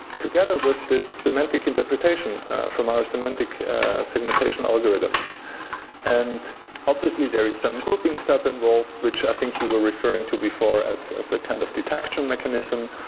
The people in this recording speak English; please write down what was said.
together with this semantic interpretation from our semantic segmentation algorithms and obviously, there is some grouping step involved, which i think you were referring to before as a so kind of detection mechanism.